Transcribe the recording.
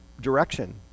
direction